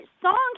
song